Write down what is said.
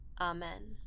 Amen